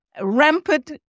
Rampant